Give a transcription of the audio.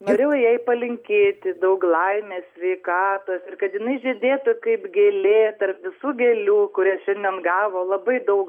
norėjau jai palinkėti daug laimės sveikatos ir kad jinai žydėtų kaip gėlė tarp visų gėlių kurias šiandien gavo labai daug